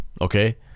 okay